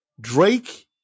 Drake